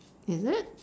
is it